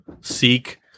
seek